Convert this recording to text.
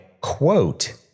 quote